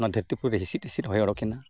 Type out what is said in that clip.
ᱱᱚᱣᱟ ᱫᱷᱟᱹᱨᱛᱤ ᱯᱩᱨᱤᱨᱮ ᱦᱤᱸᱥᱤᱫ ᱦᱤᱸᱥᱤᱫ ᱦᱚᱭ ᱩᱰᱩᱠᱮᱱᱟ